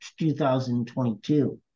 2022